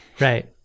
Right